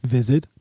Visit